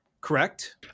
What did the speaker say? correct